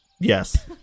Yes